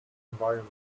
environment